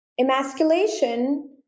Emasculation